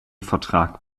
vertrag